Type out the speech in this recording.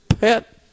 pet